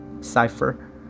Cipher